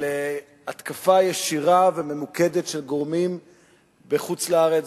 של התקפה ישירה וממוקדת של גורמים בחוץ-לארץ,